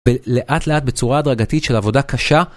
ולאט לאט בצורה הדרגתית של עבודה קשה.